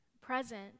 present